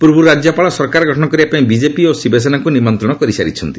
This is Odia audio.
ପୂର୍ବରୁ ରାଜ୍ୟପାଳ ସରକାର ଗଠନ କରିବା ପାଇଁ ବିଜେପି ଓ ଶିବସେନାକୁ ନିମନ୍ତ୍ରଣ କରିଥିଲେ